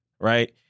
right